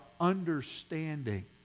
understanding